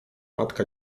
matka